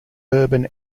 urban